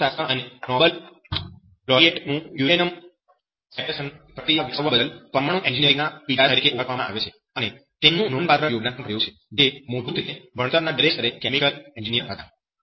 એક ભૌતિકશાસ્ત્રી અને નોબેલ લોરીએટ ને યુરેનિયમ સેપરેશન પ્રક્રિયા વિકસાવવા બદલ 'પરમાણુ એન્જિનિયરિંગના પિતા' તરીકે ઓળખવામાં આવે છે અને તેમનું નોંધપાત્ર યોગદાન પણ રહ્યું છે જે મૂળભૂત રીતે ભણતરના દરેક સ્તરે કેમિકલ એન્જિનિયર હતા